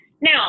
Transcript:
Now